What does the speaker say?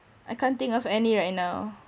I can't think of any right now